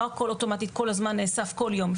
לא הכל אוטומטית כל הזמן נאסף כל יום,